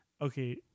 okay